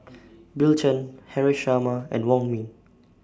Bill Chen Haresh Sharma and Wong Ming